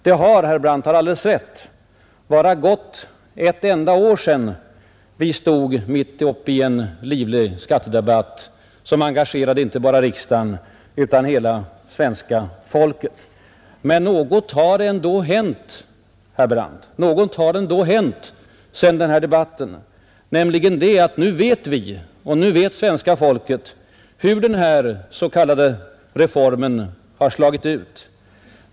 Det har — herr Brandt har alldeles rätt — bara gått ett enda år sedan vi stod mitt uppe i en livlig skattedebatt som engagerade inte bara riksdagen utan hela svenska folket. Men något har ändå hänt, herr Brandt, sedan den debatten, nämligen det att nu vet vi och nu vet svenska folket hur den s.k. reformen har slagit ut.